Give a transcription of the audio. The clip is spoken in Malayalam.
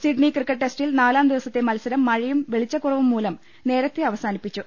സിഡ്നി ക്രിക്കറ്റ് ടെസ്റ്റിൽ നാലാം ദിവസത്തെ മത്സരം മഴയും വെളിച്ചിക്കുറവും മൂലം നേരത്തെ അവസാനിപ്പിച്ചു